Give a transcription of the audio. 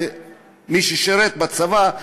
ומי ששירת בצבא,